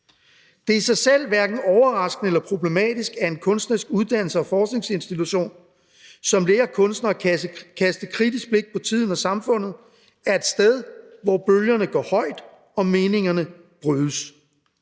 Det er i sig selv hverken overraskende eller problematisk, at en kunstnerisk uddannelses- og forskningsinstitution, som lærer kunstnere at kaste et kritisk blik på tiden og samfundet, er et sted, hvor bølgerne går højt og meningerne brydes.